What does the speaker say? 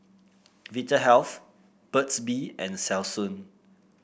Vitahealth Burt's Bee and Selsun